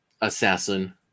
assassin